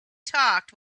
talked